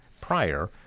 prior